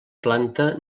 planta